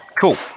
Cool